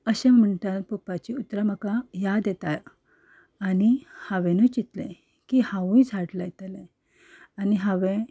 अशें म्हणटा पप्पाचीं उतरां म्हाका याद येता आनी हांवेंनूय चितलें की हांवूय झाड लायतलें आनी हांवें